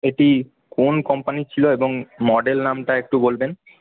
এটি কোন কোম্পানির ছিল এবং মডেল নামটা একটু বলবেন